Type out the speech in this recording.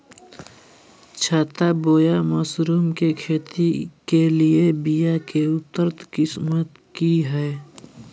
छत्ता बोया मशरूम के खेती के लिए बिया के उन्नत किस्म की हैं?